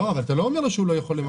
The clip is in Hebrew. אבל אתה לא אומר לו שהוא לא יכול לממש.